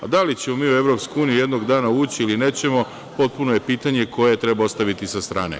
A, da li ćemo mi u EU jednog dana ući ili nećemo, potpuno je pitanje koje treba ostaviti sa strane.